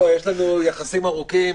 יש לנו יחסים ארוכים.